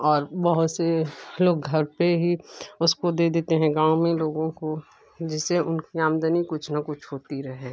और बहुत से लोग घर पर ही उसको दे देते हैं गाँव में लोगों को जिससे उनकी आमदनी कुछ न कुछ होती रहे